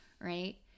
right